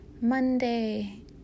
monday